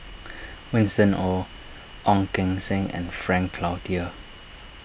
Winston Oh Ong Keng Sen and Frank Cloutier